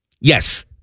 Yes